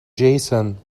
jason